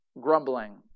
Grumbling